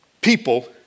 people